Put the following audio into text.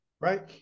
right